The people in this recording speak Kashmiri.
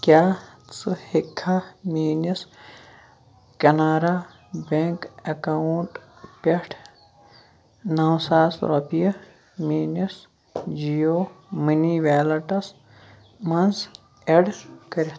کیٛاہ ژٕ ہیٚکِکھا میٛٲنِس کِنارا بیٚنٛک اٮ۪کاوُنٛٹ پٮ۪ٹھ نَو ساس رۄپیہِ میٛٲنِس جِیو مٔنی ویلٹَس مَنٛز ایٚڈ کٔرِتھ